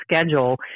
schedule